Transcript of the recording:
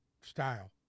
style